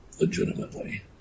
legitimately